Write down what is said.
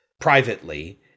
privately